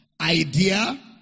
idea